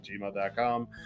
gmail.com